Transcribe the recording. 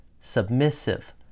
submissive